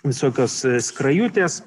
visokios skrajutės